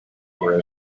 were